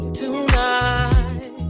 tonight